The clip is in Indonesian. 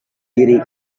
diri